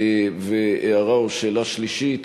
הערה או שאלה שלישית